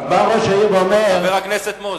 רק בא ראש העיר ואומר, חבר הכנסת מוזס,